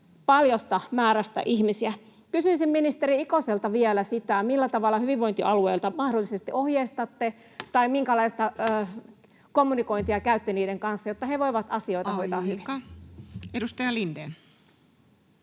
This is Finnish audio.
paljosta määrästä ihmisiä. Kysyisin ministeri Ikoselta vielä sitä, millä tavalla hyvinvointialueita mahdollisesti ohjeistatte tai minkälaista kommunikointia käytte niiden kanssa, jotta he voivat asioita [Puhemies: Aika!]